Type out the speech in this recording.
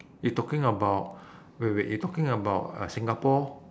you talking about wait wait wait you talking about uh singapore